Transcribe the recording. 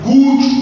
Good